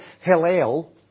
Hillel